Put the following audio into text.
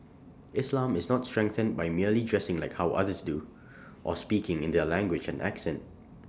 islam is not strengthened by merely dressing like how others do or speaking in their language and accent